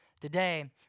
today